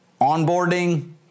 onboarding